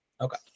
Okay